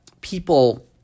people